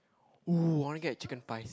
woah I want to get chicken pies